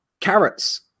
carrots